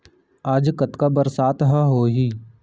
आज कतका बरसात ह होही?